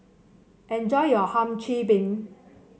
enjoy your Hum Chim Peng